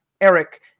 Eric